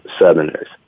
Southerners